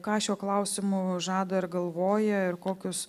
ką šiuo klausimu žada ir galvoja ir kokios